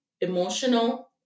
emotional